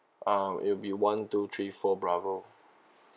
um it will be one two three four bravo